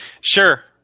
Sure